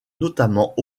notamment